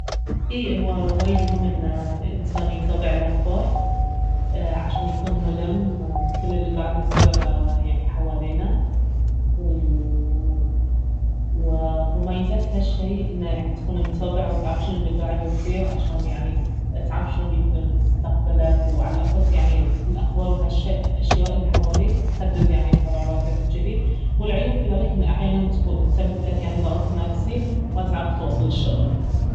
أي اهو وايد مهم انه الانسان يتابع الاخبار عشان يكون ملم بكل الي قاعد يصير يعني حوالينه و ومميزات هالشيء انه يعني تكون متابع وتعرف شنو الي قاعد يصير عشان يعني تعرف شلون بيكون ال- مستقبلك وعلى أساس يعني الاخبار وهالاشياء الي حواليك تحدد يعني قراراتك وجذي والعيوب في ذلك انه احيانا تكو- تسبب لك ضغط نفسي وما تعرف تواصل الشغل